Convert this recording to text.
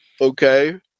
Okay